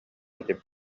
этим